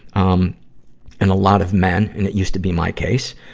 um and a lot of men, and it used to be my case.